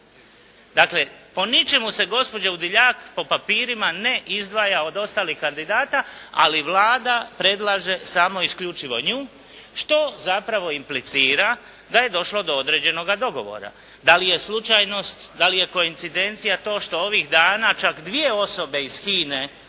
Dakle po ničemu se gospođa Udiljak po papirima ne izdvaja od ostalih kandidata ali Vlada predlaže samo isključivo nju što zapravo implicira da je došlo do određenoga dogovora. Da li je slučajnost, da li je koincidencija to što ovih dana čak dvije osobe iz HINA-e